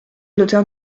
l’auteur